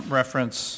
reference